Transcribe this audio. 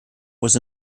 was